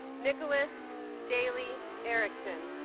nicholas dahly erickson